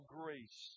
grace